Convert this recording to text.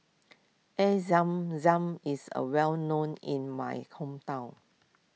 Air Zam Zam is a well known in my hometown